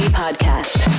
podcast